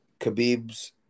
Khabib's